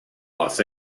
los